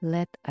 Let